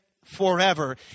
Forever